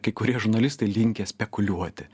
kai kurie žurnalistai linkę spekuliuoti